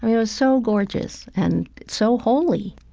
it was so gorgeous and so holy.